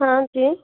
हाँ जी